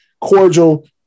cordial